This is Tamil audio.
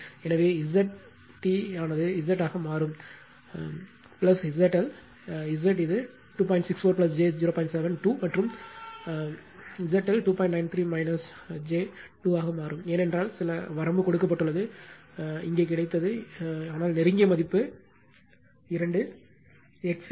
எனவே Z T ஆனது z ஆக மாறும் XC 2 முதல் 8 வரை எக்ஸ்சி